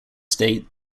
state